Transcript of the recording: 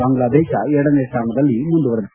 ಬಾಂಗ್ಲಾದೇಶ ಎರಡನೇ ಸ್ಟಾನದಲ್ಲಿ ಮುಂದುವರಿದಿದೆ